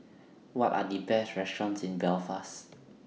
What Are The Best restaurants in Belfast